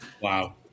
wow